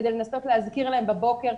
כדי לנסות להזכיר להם בוקר.